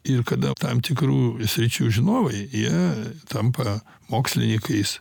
ir kada tam tikrų sričių žinovai jie tampa mokslinikais